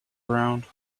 around